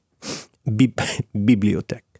Bibliotec